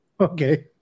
Okay